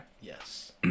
Yes